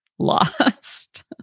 lost